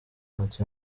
ati